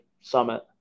summit